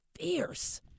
fierce